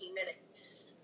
minutes